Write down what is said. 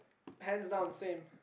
hands down same